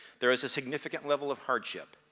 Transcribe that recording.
there is a significant level of hardship.